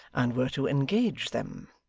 and were to engage them